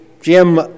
Jim